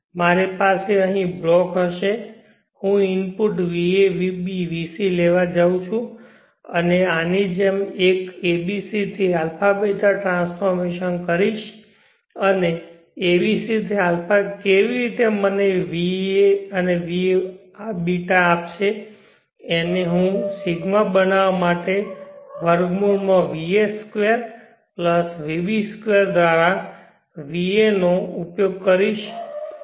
મારી પાસે અહીં બ્લોક હશે હું ઇનપુટ va vb vc લેવા જઉં છું અને આની જેમ એક abc થી αß ટ્રાન્સફોર્મેશન લઈશ અને abc થી αß કેવી રીતે મને va vß આપશે અને હું ρ બનાવવા માટે વર્ગમૂળ માં vα2 vß2દ્વારા vα નો ઉપયોગ કરીશ